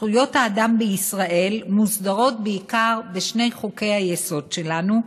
זכויות האדם בישראל מוסדרות בעיקר בשני חוקי-היסוד שלנו: